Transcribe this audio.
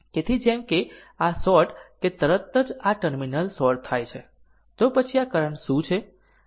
તેથી જેમ કે આ શોર્ટ કે તરત જ આ ટર્મિનલ શોર્ટ થાય છે તો પછી આ કરંટ શું છે